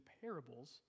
parables